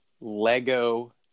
Lego